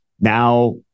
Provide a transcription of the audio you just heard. now